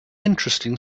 interesting